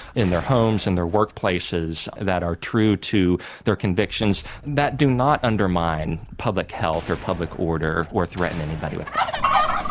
in their homes, in and their workplaces, that are true to their convictions, that do not undermine public health or public order or threaten anybody with violence.